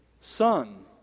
son